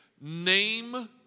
name